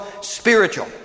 spiritual